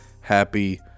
Happy